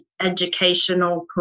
educational